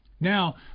now